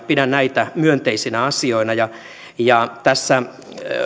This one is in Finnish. pidän näitä myönteisinä asioina tässä